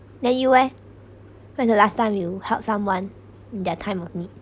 then you eh when the last time you help someone their time of need